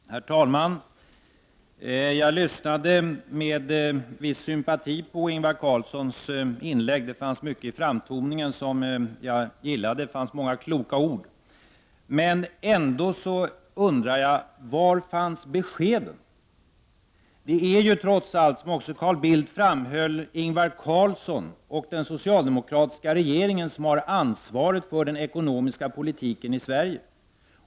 Herr talman! Jag lyssnade med viss sympati på Ingvar Carlssons inlägg. Det var mycket i framtoningen som jag gillade; där fanns många kloka ord. Men ändå undrar jag: Var fanns beskeden? Det är ju trots allt, vilket också Carl Bildt framhöll, Ingvar Carlsson och den socialdemokratiska regeringen som har ansvaret för den ekonomiska politiken i Sverige.